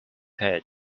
head